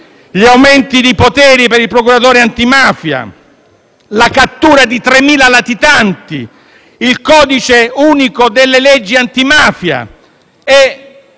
gli aumenti di poteri per il procuratore antimafia; la cattura di 3.000 latitanti; il codice unico delle leggi antimafia.